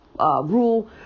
rule